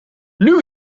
new